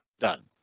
done.